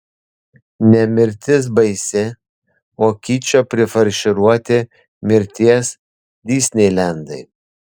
ne mirtis baisi o kičo prifarširuoti mirties disneilendai